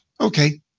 okay